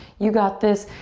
you got this.